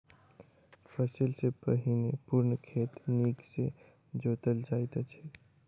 फसिल सॅ पहिने पूर्ण खेत नीक सॅ जोतल जाइत अछि